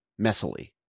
messily